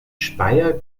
speyer